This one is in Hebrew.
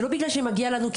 זה לא בגלל שמגיע לנו,